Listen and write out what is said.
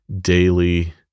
daily